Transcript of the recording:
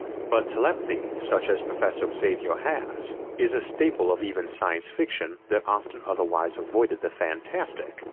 but telepathy, such as professor xavier has, is a staple of even science fiction that often otherwise avoided the fantastic,